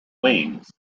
wings